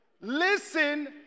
listen